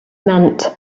meant